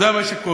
זה מה שקורה.